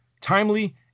timely